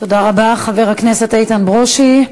תודה רבה, חבר הכנסת איתן ברושי.